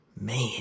Man